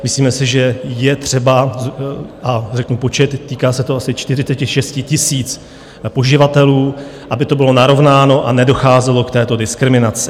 Myslíme si, že je třeba, a řeknu počet, týká se to asi 46 000 poživatelů, aby to bylo narovnáno a nedocházelo k této diskriminaci.